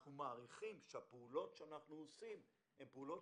אנחנו מעריכים שהפעולות שאנחנו עושים הן פעולות